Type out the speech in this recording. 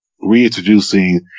reintroducing